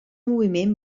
moviment